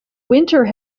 winter